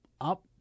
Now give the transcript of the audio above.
up